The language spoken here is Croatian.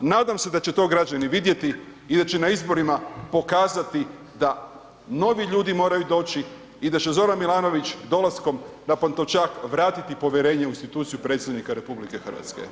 Nadam se da će to građani vidjeti i da će na izborima pokazati da novi ljudi moraju doći i da će Z. Milanović dolaskom na Pantovčak vratiti povjerenje u instituciju Predsjednika RH.